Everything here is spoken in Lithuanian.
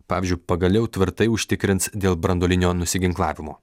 pavyzdžiui pagaliau tvirtai užtikrins dėl branduolinio nusiginklavimo